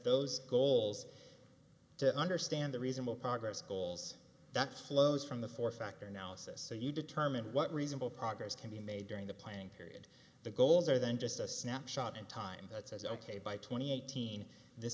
those goals to understand the reason will progress goals that flows from the four factor analysis so you determine what reasonable progress can be made during the planning period the goals are then just a snapshot in time that says ok by twenty eighteen this